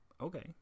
okay